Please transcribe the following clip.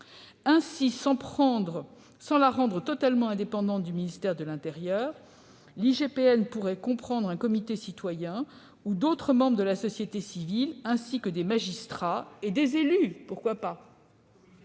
lors, sans même être rendue indépendante du ministère de l'intérieur, l'IGPN pourrait comprendre un comité citoyen, ou d'autres membres de la société civile, ainsi que des magistrats et, pourquoi pas,